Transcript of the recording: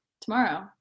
tomorrow